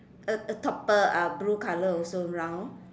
a a top uh ah blue color also round